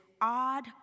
odd